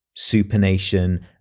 supination